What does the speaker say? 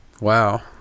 Wow